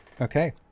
Okay